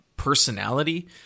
personality